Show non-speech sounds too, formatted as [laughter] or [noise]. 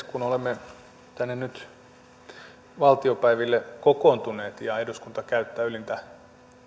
[unintelligible] kun olemme nyt tänne valtiopäiville kokoontuneet ja eduskunta käyttää ylintä